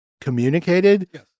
communicated